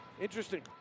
Interesting